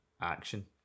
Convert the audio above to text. action